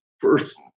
first